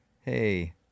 hey